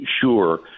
sure